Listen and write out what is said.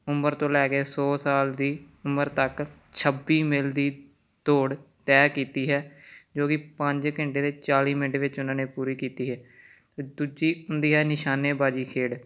ਉਮਰ ਤੋਂ ਲੈ ਕੇ ਸੌ ਸਾਲ ਦੀ ਉਮਰ ਤੱਕ ਛੱਬੀ ਮੀਲ ਦੀ ਦੌੜ ਤੈਅ ਕੀਤੀ ਹੈ ਜੋ ਕਿ ਪੰਜ ਘੰਟੇ ਅਤੇ ਚਾਲੀ ਮਿੰਟ ਵਿੱਚ ਉਨ੍ਹਾਂ ਨੇ ਪੂਰੀ ਕੀਤੀ ਹੈ ਦੂਜੀ ਹੁੰਦੀ ਹੈ ਨਿਸ਼ਾਨੇਬਾਜ਼ੀ ਖੇਡ